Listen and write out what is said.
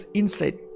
inside